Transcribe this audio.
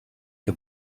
che